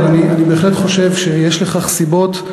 אני בהחלט חושב שיש לכך סיבות,